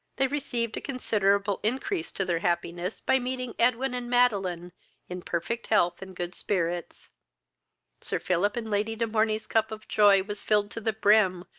they received a considerable increase to their happiness by meeting edwin and madeline in perfect health and good spirits sir philip and lady de morney's cup of joy was filled to the brim,